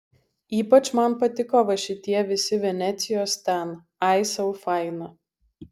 ypač man patiko va šitie visi venecijos ten ai sau faina